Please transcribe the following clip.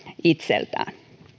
itseltään